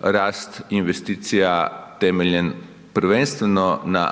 rast investicija temeljem, prvenstveno na